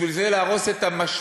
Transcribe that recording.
בשביל זה להרוס את המשמעות